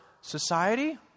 society